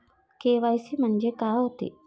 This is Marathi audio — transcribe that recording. के.वाय.सी म्हंनजे का होते?